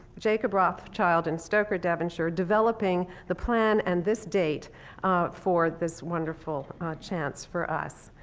jacob rothschild and stoker devonshire, developing the plan and this date for this wonderful chance for us.